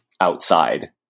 outside